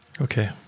Okay